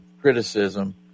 Criticism